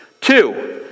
Two